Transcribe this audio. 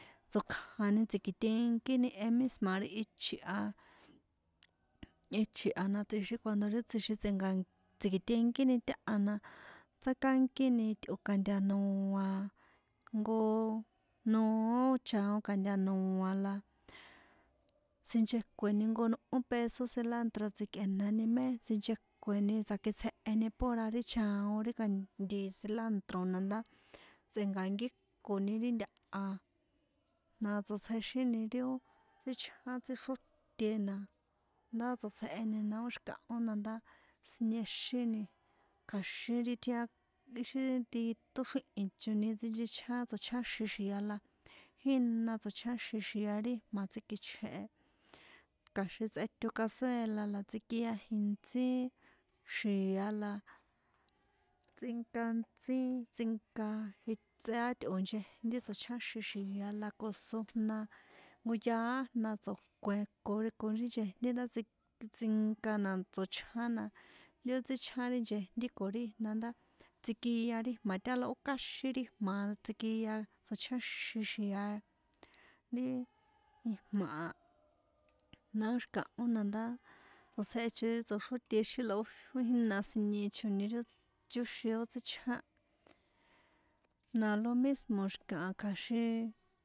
Mé tsokjan tsi̱kiṭenkíni misma ri ichi̱ a ichi̱ a na tsjixin cuando ri tsjixin tsꞌe̱nkan tsi̱kite̱nkini táha na tsákankíni tꞌo̱ ka̱ntanoa̱ jnko noó chaon nka̱nta̱noa la sinchekueni jnko nꞌó peso cilantro tsi̱kꞌenani mé sinchekueni tsakitsjeheni pura ri chaon ri ka̱nt ti cilantro na ndá tse̱nkankínkoni ri ntaha na tsotsjexíni ri ó tsíchján tsíxrótena ndá tsotsjeheni na ndá tsotsjeheni na ó xi̱kahó na ndá siniexíni kja̱xin ri tjian ixi ti tóxríhi̱choni sinchechján tsochjáxin xia la jína tsochjáxin xia ri ijma̱ tsíkichje kja̱xin tsꞌeto cazuela la tsikia jintsí xia la tsꞌinka ntsí tsꞌinka tsꞌea tꞌo̱ nchejnti tsochjáxin xia la ko so jna nko yaá jna tso̱kuen ko ko ri nchejnti nda tsin tsꞌinka na tsochjána ri ó tsíchján ri nchejnti ko ri jna ndá tsikia ri jma̱ tála ó kaxin ri jma̱ a tsikia tsochjáxin xia ri ijma̱ a na ó xi̱kahó na ndá tsotsjehechoni tsoxrótexín la ó ó jína sinie choni ri ó yóxin tsíchján na lo mismo xi̱kaha kja̱xin.